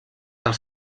als